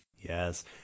Yes